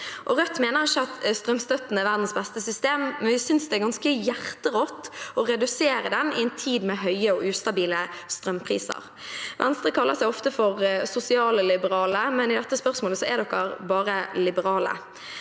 Rødt mener ikke at strømstøtten er verdens beste system, men vi synes det er ganske hjerterått å redusere den i en tid med høye og ustabile strømpriser. Venstre kaller seg ofte sosialliberale, men i dette spørsmålet er de bare liberale.